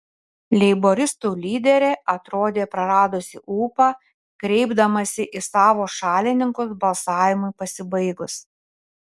leiboristų lyderė atrodė praradusį ūpą kreipdamasi į savo šalininkus balsavimui pasibaigus